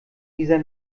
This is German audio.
dieser